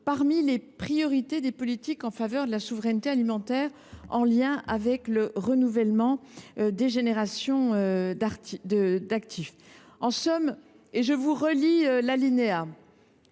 parmi les priorités des politiques en faveur de la souveraineté alimentaire, en lien avec le renouvellement des générations d’actifs. Aux termes de l’article 1,